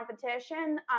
competition